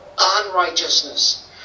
Unrighteousness